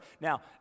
Now